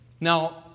Now